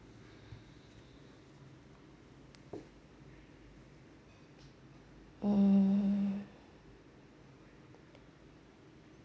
mm